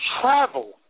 travel